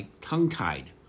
tongue-tied